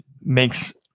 makes